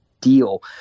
deal